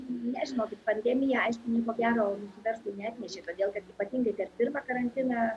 ne žinokit pandemija aiškių ko gero verslui neatnešė todėl kad ypatingai per pirmą karantiną